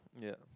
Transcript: yeah